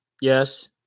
Yes